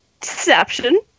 Deception